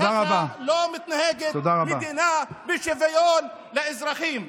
ככה לא מתנהגת מדינה בשוויון לאזרחים.